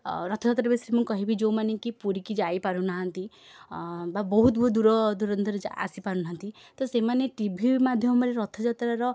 ରଥଯାତ୍ରା ବିଷୟରେ ମୁଁ କହିବି ଯେଉଁମାନେକି ପୁରୀକି ଯାଇ ପାରୁନାହାନ୍ତି ବା ବହୁତ ବହୁତ ଦୂର ଦୂରାନ୍ତରୁ ଯା ଆସିପାରୁନାହାନ୍ତି ତ ସେମାନେ ଟି ଭି ମାଧ୍ୟମରେ ରଥଯାତ୍ରାର